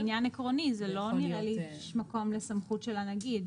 זה דווקא עניין עקרוני אז ככה שלא נראה לי שיש מקום לסמכות של הנגיד,